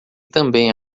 também